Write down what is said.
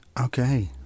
Okay